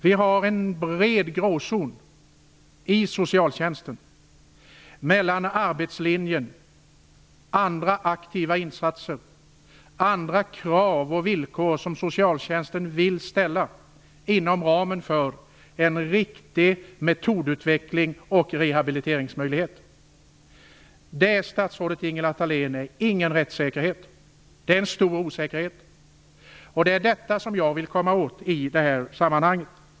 Vi har en bred gråzon i socialtjänsten mellan arbetslinjen och andra aktiva insatser, andra krav och villkor som socialtjänsten vill ställa inom ramen för en riktig metodutveckling och möjligheter till rehabilitering. Detta är, statsrådet Ingela Thalén, inte någon rättssäkerhet utan en stor osäkerhet, och det är detta som jag vill komma åt i detta sammanhang.